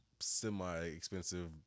semi-expensive